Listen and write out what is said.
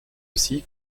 aussi